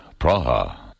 Praha